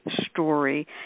story